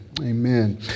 Amen